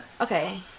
Okay